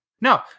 No